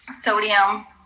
sodium